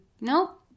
nope